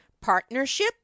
partnership